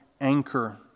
anchor